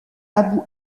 abu